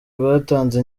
rwatanze